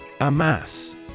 Amass